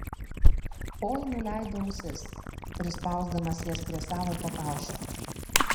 oi nuleido ausis prispausdamas jas prie savo pakaušio